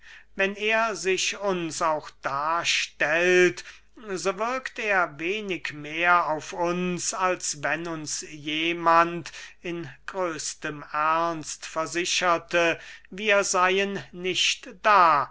wenn er sich uns auch darstellt so wirkt er wenig mehr auf uns als wenn uns jemand in größtem ernst versicherte wir seyen nicht da